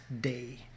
day